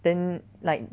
then like